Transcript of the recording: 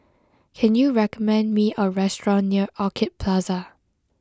can you recommend me a restaurant near Orchid Plaza